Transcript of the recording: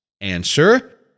Answer